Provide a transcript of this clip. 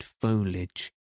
foliage